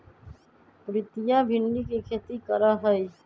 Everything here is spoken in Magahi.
प्रीतिया भिंडी के खेती करा हई